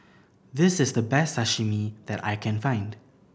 this is the best Sashimi that I can find